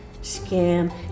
scam